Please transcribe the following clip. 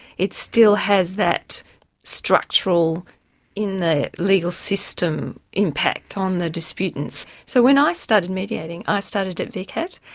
it still has that structural in the legal system impact on the disputants. so when i started mediating ah i started at vcat,